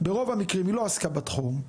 ברוב המקרים היא לא עסקה בתחום,